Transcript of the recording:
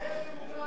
אין דמוקרטיה,